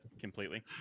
completely